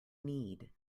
need